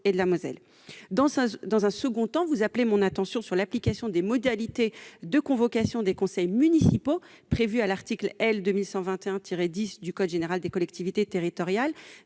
Vous appelez en outre mon attention sur l'application des modalités de convocation des conseils municipaux prévues à l'article L. 2121-10 du code général des collectivités territoriales